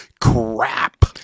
crap